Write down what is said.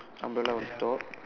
umbrella on top